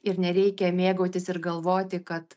ir nereikia mėgautis ir galvoti kad